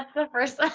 the first? like